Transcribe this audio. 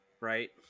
right